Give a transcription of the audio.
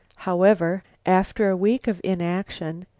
however, after a week of inaction,